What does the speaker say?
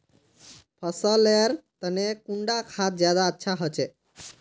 फसल लेर तने कुंडा खाद ज्यादा अच्छा होचे?